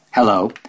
Hello